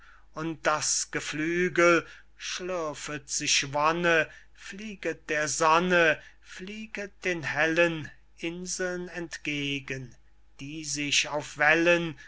und das geflügel schlürfet sich wonne flieget der sonne flieget den hellen inseln entgegen die sich auf wellen